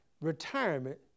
retirement